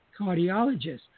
cardiologist